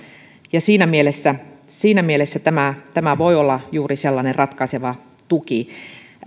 siinä mielessä siinä mielessä tämä tämä voi olla juuri sellainen ratkaiseva tuki